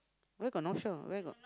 where got North Shore where got